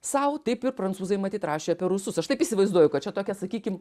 sau taip ir prancūzai matyt rašė apie rusus aš taip įsivaizduoju kad čia tokia sakykim